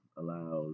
allow